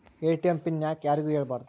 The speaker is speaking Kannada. ಎ.ಟಿ.ಎಂ ಪಿನ್ ಯಾಕ್ ಯಾರಿಗೂ ಹೇಳಬಾರದು?